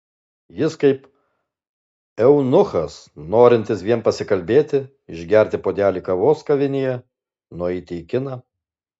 jis kaip eunuchas norintis vien pasikalbėti išgerti puodelį kavos kavinėje nueiti į kiną